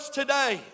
today